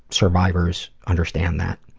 survivors, understand that.